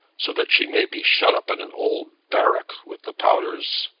so that she may be shut up in an old barrack with de powders!